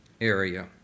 area